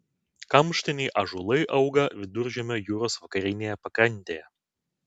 kamštiniai ąžuolai auga viduržemio jūros vakarinėje pakrantėje